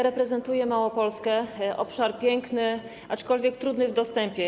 Reprezentuję Małopolskę, obszar piękny, aczkolwiek trudny w dostępie.